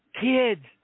kids